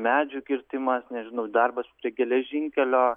medžių kirtimas nežinau darbas prie geležinkelio